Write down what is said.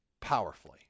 powerfully